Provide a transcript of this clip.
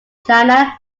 china